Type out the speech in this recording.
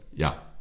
Ja